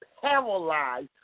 paralyzed